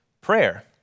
prayer